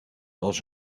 was